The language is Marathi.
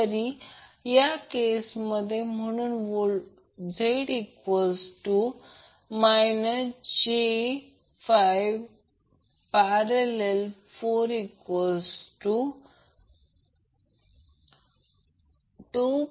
तरी या केसमधे Z j5।।42